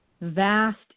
vast